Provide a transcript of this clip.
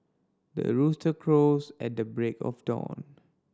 the rooster crows at the break of dawn